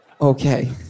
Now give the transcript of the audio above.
Okay